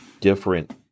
different